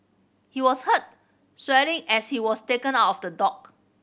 he was heard swearing as he was taken out of the dock